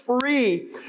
free